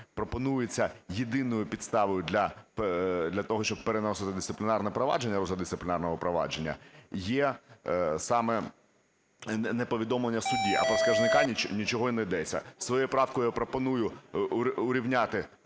пропонується єдиною підставою для того, щоб переносити дисциплінарне провадження, розгляд дисциплінарного провадження є саме неповідомлення судді, а про скаржника нічого не йдеться. Своєю правкою я пропоную урівняти